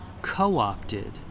co-opted